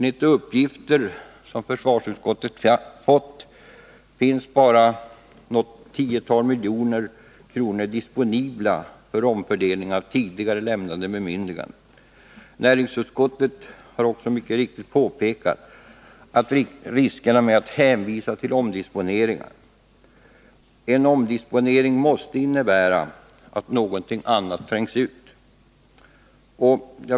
Enligt de uppgifter som försvarsutskottet har fått finns bara något tiotal milj.kr. disponibla för omfördelning av tidigare lämnade bemyndiganden. Näringsutskottet har också mycket riktigt pekat på riskerna med att hänvisa till omdisponeringar. En omdisponering innebär att något annat trängs ut.